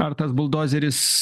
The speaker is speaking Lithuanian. ar tas buldozeris